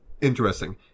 interesting